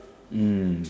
mm